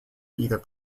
either